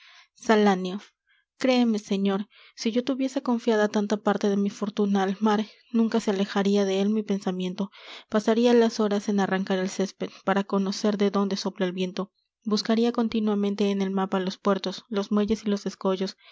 marcha salanio créeme señor si yo tuviese confiada tanta parte de mi fortuna al mar nunca se alejaria de él mi pensamiento pasaria las horas en arrancar el césped para conocer de dónde sopla el viento buscaria continuamente en el mapa los puertos los muelles y los escollos